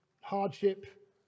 hardship